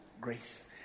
grace